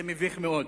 זה מביך מאוד.